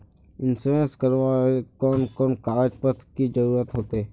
Insurance करावेल कोन कोन कागज पत्र की जरूरत होते?